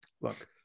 look –